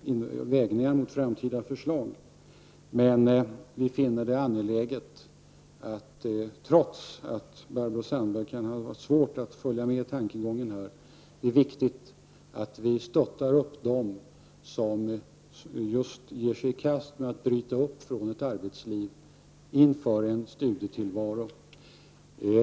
och ingå i ett framtida förslag. Trots Barbro Sandbergs svårigheter att följa med i tankegången, finner vi det angeläget att stödja dem som ger sig i kast att bryta upp från ett arbetsliv och ge sig in i en studietillvaro.